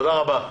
תודה רבה.